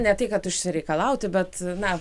ne tai kad išsireikalauti bet na